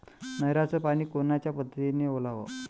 नयराचं पानी कोनच्या पद्धतीनं ओलाव?